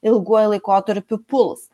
ilguoju laikotarpiu puls